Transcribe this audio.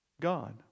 God